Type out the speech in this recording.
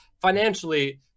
Financially